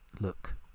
look